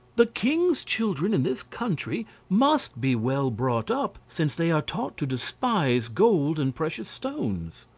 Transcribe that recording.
the king's children in this country must be well brought up, since they are taught to despise gold and precious stones.